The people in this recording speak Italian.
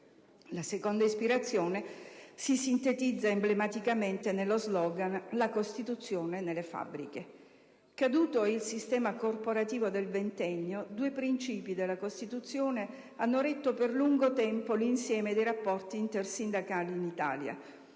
La seconda ispirazione si sintetizza emblematicamente nello slogan «la Costituzione nelle fabbriche». Caduto il sistema corporativo del ventennio, due principi della Costituzione hanno retto per lungo tempo l'insieme dei rapporti intersindacali in Italia: